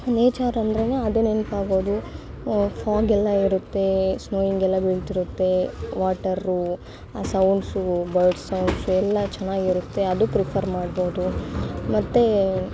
nature ಅಂದರೇನೇ ಅದು ನೆನಪಾಗೋದು ಫಾಗೆಲ್ಲ ಇರುತ್ತೆ ಸ್ನೋವಿಂಗೆಲ್ಲ ಬೀಳ್ತಿರುತ್ತೆ ವಾಟರು ಆ ಸೌಂಡ್ಸು ಬರ್ಡ್ ಸೌಂಡ್ಸು ಎಲ್ಲ ಚೆನ್ನಾಗಿರುತ್ತೆ ಅದು ಪ್ರಿಫರ್ ಮಾಡ್ಬೋದು ಮತ್ತೆ